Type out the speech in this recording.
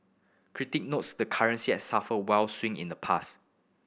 critic notes the currency has suffered wild swing in the past